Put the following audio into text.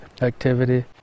activity